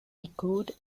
echoed